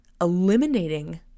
eliminating